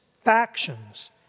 factions